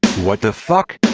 what the fuck?